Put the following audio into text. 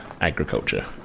agriculture